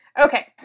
Okay